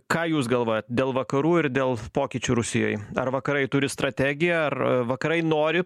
ką jūs galvojat dėl vakarų ir dėl pokyčių rusijoj ar vakarai turi strategiją ar vakarai nori